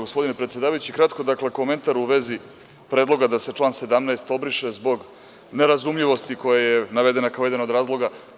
Gospodine predsedavajući, kratko, komentar u vezi predloga da se član 17. obriše zbog nerazumljivosti, koji je naveden kao jedan od razloga.